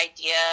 idea